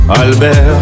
Albert